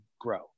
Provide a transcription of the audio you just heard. grow